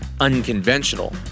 unconventional